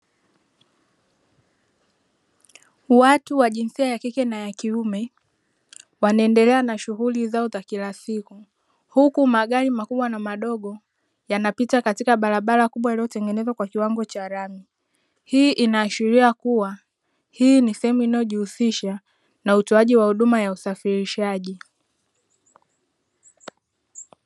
Watu wa jinsia ya kike na ya kiume wanendelea na shuguli zao za kila siku, huku magari makubwa na madogo yanapita katika barabara kubwa iliyo tengenezwa kwa kiwango cha rami. Hii inaashiria kuwa hii ni sehemu inayojihusisha na utoaji wa huduma ya usafirishaji.